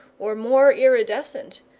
or more iridescent,